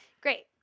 Great